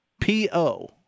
P-O